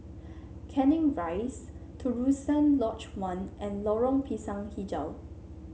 Canning Rise Terusan Lodge One and Lorong Pisang hijau